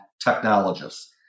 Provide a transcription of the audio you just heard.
technologists